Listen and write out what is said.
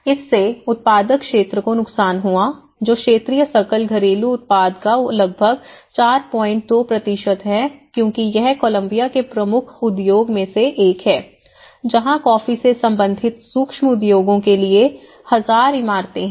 इससे उत्पादक क्षेत्र को नुकसान हुआ जो क्षेत्रीय सकल घरेलू उत्पाद का लगभग 42 है क्योंकि यह कोलंबिया के प्रमुख उद्योग में से एक है जहां कॉफी से संबंधित सूक्ष्म उद्योगों के लिए 1000 इमारतें हैं